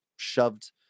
shoved